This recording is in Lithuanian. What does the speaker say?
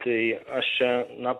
tai aš čia na